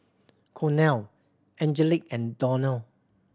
Cornel Angelic and Donell